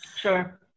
Sure